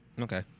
Okay